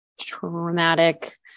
traumatic